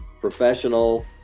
professional